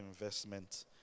investment